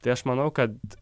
tai aš manau kad